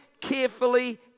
carefully